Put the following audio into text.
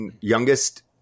youngest